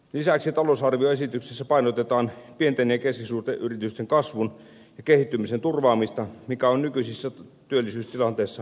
lisäksi talousarvioesityksessä painotetaan pienten ja keskisuurten yritysten kasvun ja kehittymisen turvaamista mikä on nykyisessä työllisyystilanteessa välttämätöntä